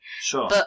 Sure